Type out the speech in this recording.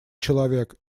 человек